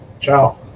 Ciao